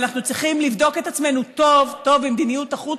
ואנחנו צריכים לבדוק את עצמנו טוב-טוב במדיניות החוץ,